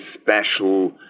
special